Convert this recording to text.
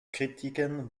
kritiken